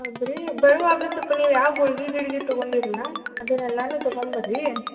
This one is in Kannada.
ಹೌದು ರೀ ಬರುವಾಗ ಸ್ವಲ್ಪ ನೀವು ಯಾವ ಗುಳ್ಗಿ ಗಿಳ್ಗಿ ತಗೊಂಡೀರ ಅಲ್ಲಾ ಅದನ್ನ ಎಲ್ಲಾನು ತಗೊಂಡು ಬರ್ರಿ